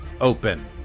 Open